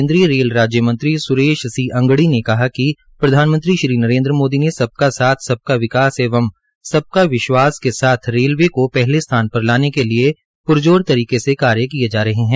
केन्द्रीय रेल राज्यमंत्री सुरेश सी अंगड़ी ने कहा कि कि प्रधानमंत्री श्री नरेन्द्र मोदी ने सबका साथ सबका विकास एवं सबका विश्वास के साथ रेलवे को पहले स्थान पर लाने के लिये प्रज़ोर तरीके से काम किये जा रहे है